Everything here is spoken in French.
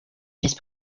vice